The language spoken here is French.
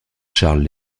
charles